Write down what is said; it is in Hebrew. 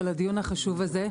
על הדיון החשוב הזה.